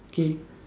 okay